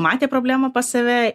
matė problemą pas save